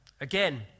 Again